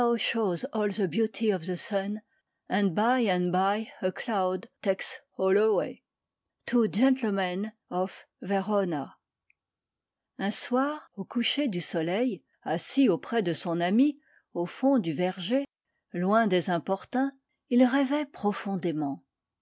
gentlemen of verona un soir au coucher du soleil assis auprès de son amie au fond du verger loin des importuns il rêvait profondément